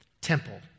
Temple